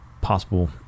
possible